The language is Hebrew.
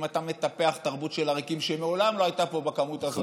אם אתה מטפח תרבות של עריקים שמעולם לא הייתה פה בכמות הזאת,